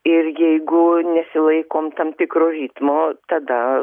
ir jeigu nesilaikom tam tikro ritmo tada